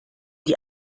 die